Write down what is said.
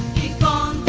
kickball